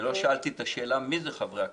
ולא שאלתי את השאלה מי הם חברי הכנסת?